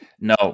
No